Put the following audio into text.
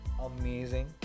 amazing